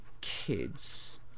kids